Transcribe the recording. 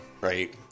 right